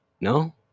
No